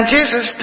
Jesus